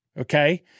Okay